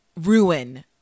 ruin